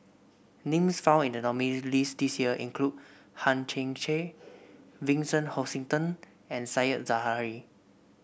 names found in the nominees' list this year include Hang Chang Chieh Vincent Hoisington and Said Zahari